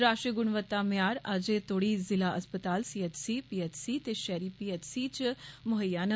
राश्ट्रीय गुणवत्ता म्यार तोड़ी जिला अस्पतालें सीएचसी पीएचसी ते शैहरी पीएचसी च मुहैया न